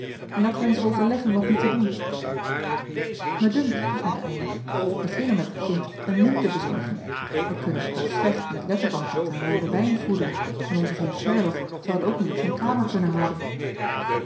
en laten wij eens overleggen wat nu te doen mij dunkt zeide eylar beginnen met het kind een min te bezorgen wij kunnen het toch slecht met letterbanket en rooden wijn voeden en onze vriend gerlof zal het ook niet op zijn kamer kunnen houden